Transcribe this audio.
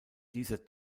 dieser